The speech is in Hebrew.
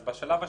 אז בשלב השני,